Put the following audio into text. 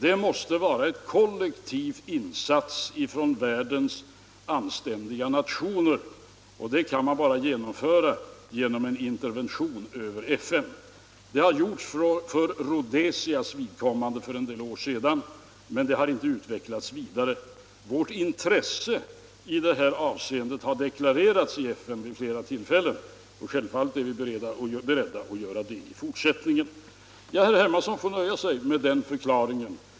Det måste vara en kollektiv insats från världens anständiga nationer, och en sådan kan man bara genomföra genom en intervention över FN. Det har gjorts för Rhodesias vidkommande för en del år sedan, men det har inte utvecklats vidare. Vårt intresse i det här avseendet har deklarerats i FN vid flera tillfällen, och självfallet är vi beredda att göra det också i fortsättningen. Herr Hermansson får nöja sig med den förklaringen.